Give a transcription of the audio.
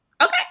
Okay